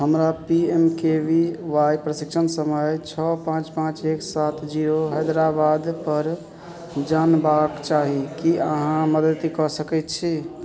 हमरा P M K V Y प्रशिक्षण समय छओ पाँच पाँच एक सात जीरो हैदराबादपर जानबाक चाही कि अहाँ मदति कऽ सकै छी